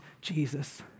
Jesus